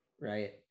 right